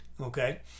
okay